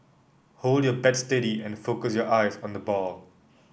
hold your bat steady and focus your eyes on the ball